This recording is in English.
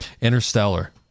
Interstellar